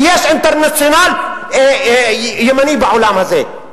כי יש אינטרנציונל ימני בעולם הזה.